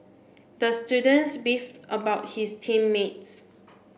the student beefed about his team mates